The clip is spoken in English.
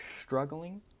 struggling